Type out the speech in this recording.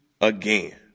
again